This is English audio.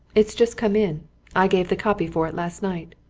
it's just come in i gave the copy for it last night.